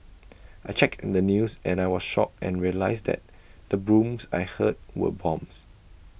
I checked the news and I was shocked and realised that the booms I heard were bombs